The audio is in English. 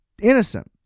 innocent